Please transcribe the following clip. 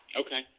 Okay